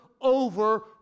over